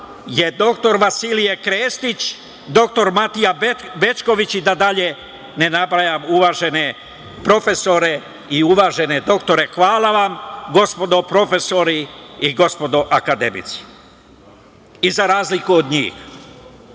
je dr Vasilije Krestić, dr Matija Bećković i da dalje ne nabrajam uvažene profesore i uvažene doktore. Hvala vam, gospodo profesori i gospodo akademici.Za razliku od njih,